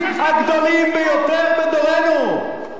אתה עבד של הרוצחים הגדולים ביותר בדורנו.